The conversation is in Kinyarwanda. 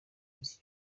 z’iki